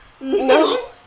no